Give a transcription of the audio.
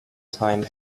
time